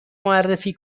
معرفی